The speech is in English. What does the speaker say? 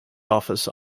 office